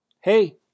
hey